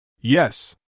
Yes